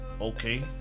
Okay